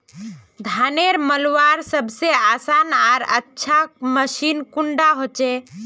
धानेर मलवार सबसे आसान आर अच्छा मशीन कुन डा होचए?